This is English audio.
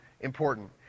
important